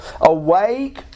awake